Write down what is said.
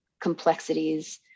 complexities